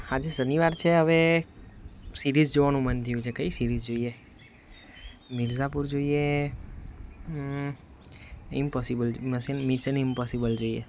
આજે શનિવાર છે હવે સિરીઝ જોવાનું મન થ્યું છે કઈ જોવ મિર્ઝાપુર જોઈએ ઇમ્પોસિબલ મિશ મિશન ઇમ્પોસિબલ જોઈએ